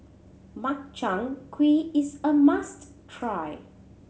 Makchang Gui is a must try